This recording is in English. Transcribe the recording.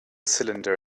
cylinder